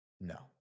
No